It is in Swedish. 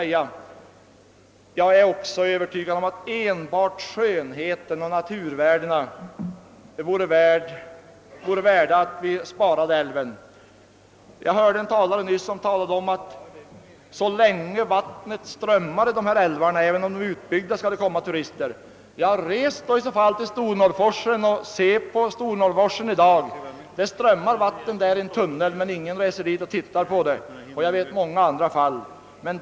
Jag är också övertygad om att enbart skönheten och naturvärdena gör det motiverat att spara Vindelälven. En talare menade alldeles nyss att så länge vattnet strömmar i dessa älvar, även om de är utbyggda, skall det komma turister. Res i så fall till Stornorrforsen och se på den i dag! Det strömmar vatten där i en tunnel, men ingen reser dit och tittar på det. Jag känner till många andra fall som har mött samma öde.